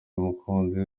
mukunzi